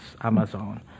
Amazon